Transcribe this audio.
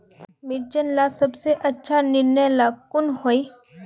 मिर्चन ला सबसे अच्छा निर्णय ला कुन होई?